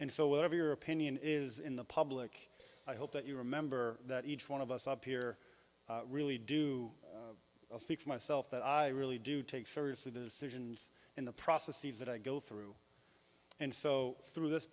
and so whatever your opinion is in the public i hope that you remember that each one of us up here really do speak for myself that i really do take seriously decisions in the processes that i go through and so through this